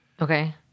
Okay